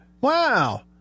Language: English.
Wow